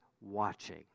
watching